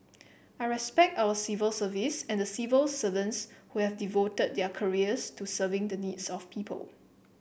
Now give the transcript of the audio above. I respect our civil service and the civil servants who have devoted their careers to serving the needs of people